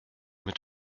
mit